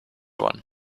one